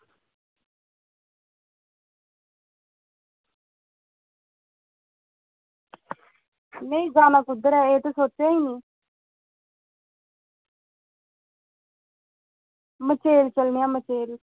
नेईं जाना कुद्धर ऐ एह् तो सोचो नी मचैल चलने आं मचैल